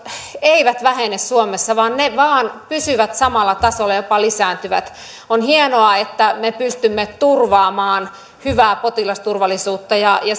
eivät vähene suomessa vaan ne vain pysyvät samalla tasolla jopa lisääntyvät on hienoa että me pystymme turvaamaan hyvää potilasturvallisuutta ja